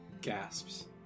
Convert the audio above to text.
Gasps